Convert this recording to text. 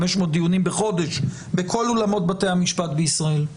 500 דיונים בחודש בכל אולמות בתי המשפט בישראל.